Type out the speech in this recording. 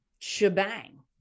shebang